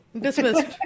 Dismissed